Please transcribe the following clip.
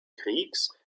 kriegs